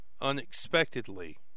unexpectedly